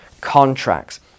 contracts